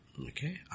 okay